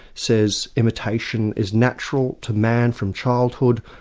says imitation is natural to man from childhood.